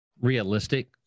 realistic